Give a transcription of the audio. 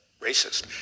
racist